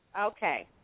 Okay